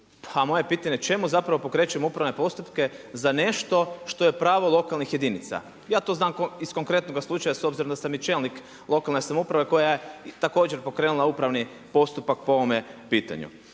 moje pitanje, čemu zapravo pokrećemo upravne postupke za nešto što je pravo lokalnih jedinica? Ja to znam iz konkretnoga slučaja s obzirom da sam i čelnik lokalne samouprave koja je također pokrenula upravni postupak po ovome pitanju.